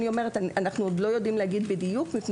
אנחנו עוד לא יודעים להגיד בדיוק.